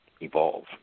evolve